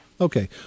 Okay